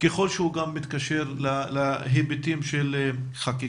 ככול שהוא גם מתקשר להיבטים של חקיקה,